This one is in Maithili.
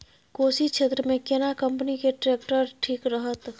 कोशी क्षेत्र मे केना कंपनी के ट्रैक्टर ठीक रहत?